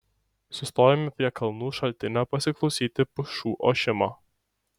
sustojome prie kalnų šaltinio pasiklausyti pušų ošimo